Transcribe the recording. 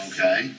Okay